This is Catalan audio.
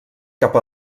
cap